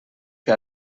que